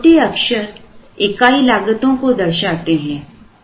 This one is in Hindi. छोटे अक्षर इकाई लागतों को दर्शाते है